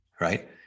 Right